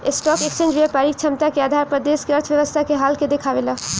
stock exchange व्यापारिक क्षमता के आधार पर देश के अर्थव्यवस्था के हाल के देखावेला